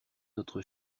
notre